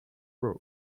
roof